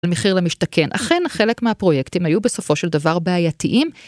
במחיר למשתכן. אכן חלק מהפרויקטים היו בסופו של דבר בעייתיים